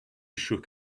shook